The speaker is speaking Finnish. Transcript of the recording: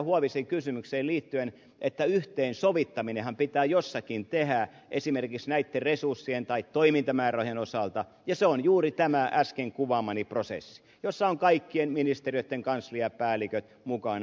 huovisen kysymykseen liittyen että yhteensovittaminenhan pitää jossakin tehdä esimerkiksi näitten resurssien tai toimintamäärärahojen osalta ja se on juuri tämä äsken kuvaamani prosessi jossa ovat kaikkien ministeriöitten kansliapäälliköt mukana